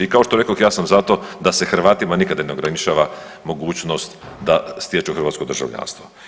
I kao što rekoh, ja sam za to da se Hrvatima nikad ne ograničava mogućnost da stječu hrvatsko državljanstvo.